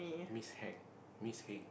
miss Hang miss Heng